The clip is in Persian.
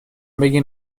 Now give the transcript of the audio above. بگین